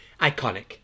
Iconic